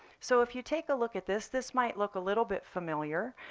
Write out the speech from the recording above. so if you take a look at this, this might look a little bit familiar.